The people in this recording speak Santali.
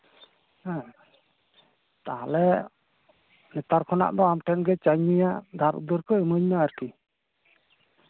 ᱦᱮᱸ ᱛᱟᱦᱞᱮ ᱱᱮᱛᱟᱨ ᱠᱷᱚᱱᱟᱜ ᱫᱚ ᱟᱢ ᱴᱷᱮᱱ ᱜᱮ ᱪᱟᱧ ᱧᱩᱭᱟ ᱫᱷᱟᱨ ᱩᱫᱷᱟᱹᱨ ᱠᱚ ᱤᱢᱟᱹᱧ ᱢᱮ ᱟᱨᱠᱤ